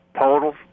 total